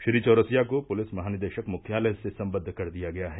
श्री चौरसिया को पुलिस महानिदेशक मुख्यालय से सम्बद्ध कर दिया गया है